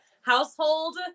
household